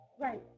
Right